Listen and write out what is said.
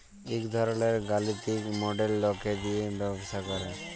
ইক ধরলের গালিতিক মডেল লকে দিয়ে ব্যবসা করে